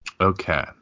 Okay